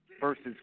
versus